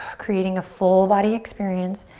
creating a full body experience.